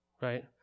right